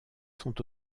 sont